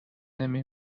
نمی